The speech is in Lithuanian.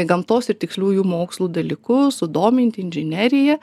gamtos ir tiksliųjų mokslų dalykus sudominti inžinerija